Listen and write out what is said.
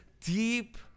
deep